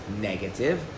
negative